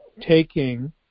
taking